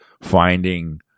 finding